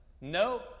no